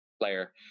player